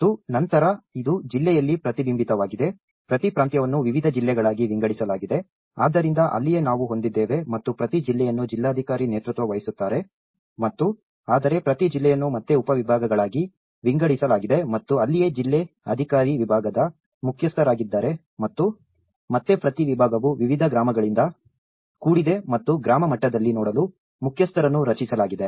ಮತ್ತು ನಂತರ ಇದು ಜಿಲ್ಲೆಯಲ್ಲಿ ಪ್ರತಿಬಿಂಬಿತವಾಗಿದೆ ಪ್ರತಿ ಪ್ರಾಂತ್ಯವನ್ನು ವಿವಿಧ ಜಿಲ್ಲೆಗಳಾಗಿ ವಿಂಗಡಿಸಲಾಗಿದೆ ಆದ್ದರಿಂದ ಅಲ್ಲಿಯೇ ನಾವು ಹೊಂದಿದ್ದೇವೆ ಮತ್ತು ಪ್ರತಿ ಜಿಲ್ಲೆಯನ್ನು ಜಿಲ್ಲಾಧಿಕಾರಿ ನೇತೃತ್ವ ವಹಿಸುತ್ತಾರೆ ಮತ್ತು ಆದರೆ ಪ್ರತಿ ಜಿಲ್ಲೆಯನ್ನು ಮತ್ತೆ ಉಪವಿಭಾಗಗಳಾಗಿ ವಿಂಗಡಿಸಲಾಗಿದೆ ಮತ್ತು ಅಲ್ಲಿಯೇ ಜಿಲ್ಲೆ ಅಧಿಕಾರಿ ವಿಭಾಗದ ಮುಖ್ಯಸ್ಥರಾಗಿದ್ದಾರೆ ಮತ್ತು ಮತ್ತೆ ಪ್ರತಿ ವಿಭಾಗವು ವಿವಿಧ ಗ್ರಾಮಗಳಿಂದ ಕೂಡಿದೆ ಮತ್ತು ಗ್ರಾಮ ಮಟ್ಟದಲ್ಲಿ ನೋಡಲು ಮುಖ್ಯಸ್ಥರನ್ನು ರಚಿಸಲಾಗಿದೆ